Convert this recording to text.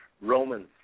Romans